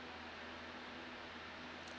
the